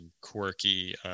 quirky